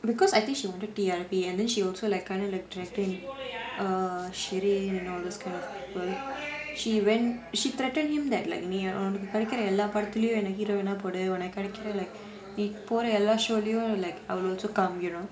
because I think she wanted T_R_P then she also like kind of threaten err sherin and all those kind of people she wen~ she threatened him that like நீ உனக்கு கிடைக்கிற எல்லா படத்துல என்ன:nee unnaku kedaikira ella padathula enna heroine ah போடு உனக்கு கிடைக்கிற:podu unnakku kidaikkiraa like நீ போற எல்லா:nee pora ellaa show ளையும் நானும் வருவேன்:laiyum naanum varuvaen like I will also come you know